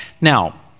Now